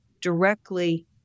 directly